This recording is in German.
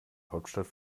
hauptstadt